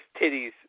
titties